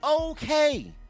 okay